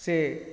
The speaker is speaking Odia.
ସେ